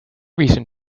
reason